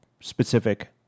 specific